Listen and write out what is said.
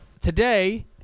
Today